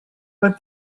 but